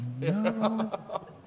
no